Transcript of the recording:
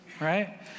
right